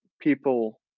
people